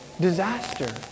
disaster